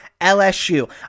LSU